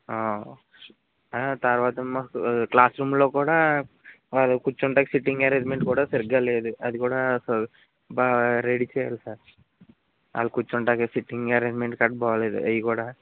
తర్వాతేమో క్లాస్రూమ్లో కూడా వాళ్ళు కూర్చుంటానికి సిట్టింగ్ అరేంజ్మెంట్ కూడా సరిగ్గా లేదు అది కూడా బాగా రెడీ చెయ్యాలి సార్ వాళ్ళు కూర్చుంటానికి సిట్టింగ్ అరేంజ్మెంట్ కట్ట బాగ లేదు అవీ కూడా